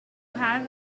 have